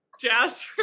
Jasper